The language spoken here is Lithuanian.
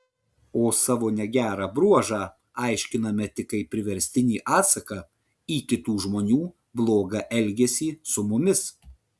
o savo negerą bruožą aiškiname tik kaip priverstinį atsaką į kitų žmonių blogą elgesį su mumis